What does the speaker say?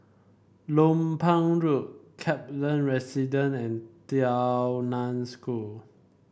Lompang Road Kaplan Residence and Tao Nan School